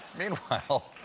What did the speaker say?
meanwhile,